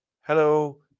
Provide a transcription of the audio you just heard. Hello